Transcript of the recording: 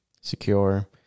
Secure